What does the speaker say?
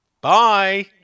bye